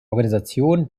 organisation